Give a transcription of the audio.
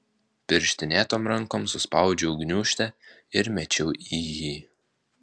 pirštinėtom rankom suspaudžiau gniūžtę ir mečiau į jį